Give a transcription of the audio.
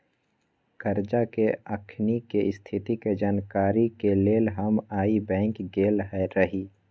करजा के अखनीके स्थिति के जानकारी के लेल हम आइ बैंक गेल रहि